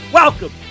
welcome